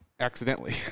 accidentally